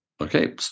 okay